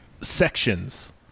sections